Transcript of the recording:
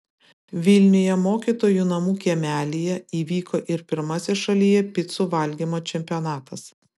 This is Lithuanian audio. vilniuje mokytojų namų kiemelyje įvyko ir pirmasis šalyje picų valgymo čempionatas